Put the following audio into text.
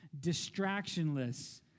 distractionless